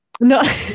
no